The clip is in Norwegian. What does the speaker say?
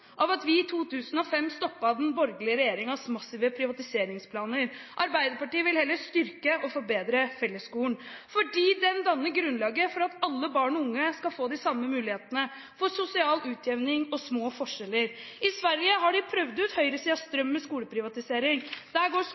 av at vi i 2005 stoppet den borgerlige regjeringens massive privatiseringsplaner. Arbeiderpartiet vil heller styrke og forbedre fellesskolen, fordi den danner grunnlaget for at alle barn og unge skal få de samme mulighetene, for sosial utjevning og små forskjeller. I Sverige har de prøvd ut høyresidens drøm med skoleprivatisering. Der går